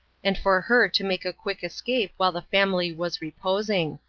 and for her to make a quick escape while the family was reposing.